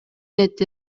этти